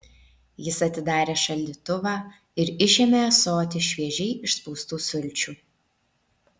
jis atidarė šaldytuvą ir išėmė ąsotį šviežiai išspaustų sulčių